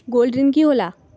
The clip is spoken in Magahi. गोल्ड ऋण की होला?